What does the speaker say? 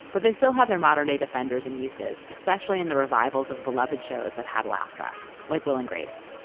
but they still have their modern day defenders and uses, especially in the revivals of beloved shows that had laugh tracks like will and grace